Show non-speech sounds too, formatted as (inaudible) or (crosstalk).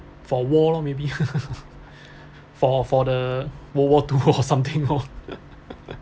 for world lor maybe (laughs) (breath) for for the world war two (laughs) or something lor